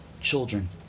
Children